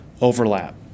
overlap